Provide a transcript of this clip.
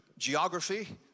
Geography